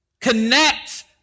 Connect